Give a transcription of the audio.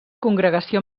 congregació